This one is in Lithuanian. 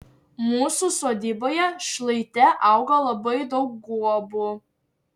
mūsų sodyboje šlaite augo labai daug guobų